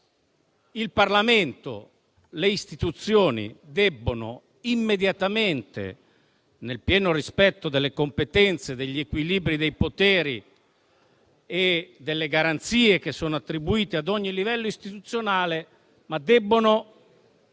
il Parlamento e le istituzioni, nel pieno rispetto delle competenze, degli equilibri dei poteri e delle garanzie attribuiti ad ogni livello istituzionale, debbono